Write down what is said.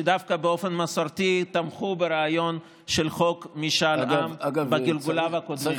שדווקא באופן מסורתי תמכו ברעיון של חוק משאל עם בגלגוליו הקודמים.